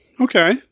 Okay